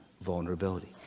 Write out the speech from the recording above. vulnerability